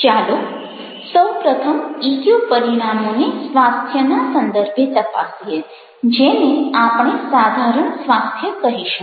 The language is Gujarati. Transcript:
ચાલો સૌ પ્રથમ ઇક્યુ પરિણામોને સ્વાસ્થ્યના સંદર્ભે તપાસીએ જેને આપણે સાધારણ સ્વાસ્થ્ય કહીશું